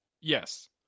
Yes